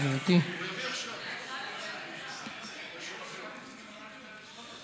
לצמצם ולדחוק את הפלורליזם כל הזמן.